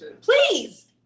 Please